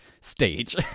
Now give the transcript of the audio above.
stage